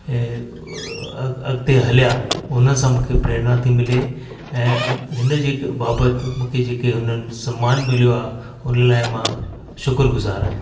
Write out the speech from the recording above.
ऐं अॻिते हलया हुनन सां मूंखे प्रेरणा थी मिले ऐं अॻ हिन जे हिकु बाबति मूंखे जेके हुननि सम्मान मिलियो आहे हुन लाइ मां शुकर गुज़ार आहियां